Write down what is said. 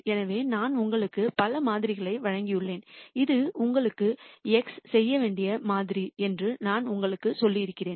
எனவே நான் உங்களுக்கு பல மாதிரிகளை வழங்கியுள்ளேன் இது உங்களுக்கு x செய்ய வேண்டிய மாதிரி என்று நான் உங்களுக்குச் சொல்லியிருக்கிறேன்